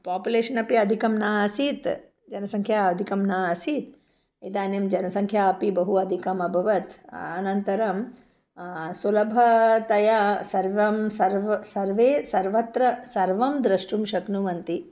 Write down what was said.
population अपि अधिकं न आसीत् जनसङ्ख्या अधिकं न आसीत् इदानीं जनसङ्ख्या अपि बहु अधिकम् अभवत् अनन्तरं सुलभतया सर्वं सर्वं सर्वे सर्वत्र सर्वं द्रष्टुं शक्नुवन्ति